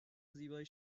زیبای